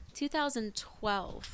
2012